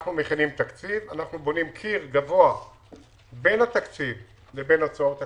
אנחנו מכינים תקציב ובונים קיר גבוה בין התקציב לבין הוצאות הקורונה.